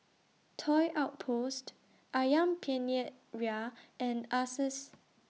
Toy Outpost Ayam Penyet Ria and Asus